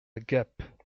gap